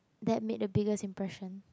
that made a biggest impression